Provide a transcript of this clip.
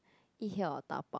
eat here or dabao